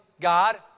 God